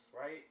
right